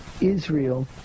Israel